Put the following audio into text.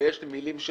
ויש מילים של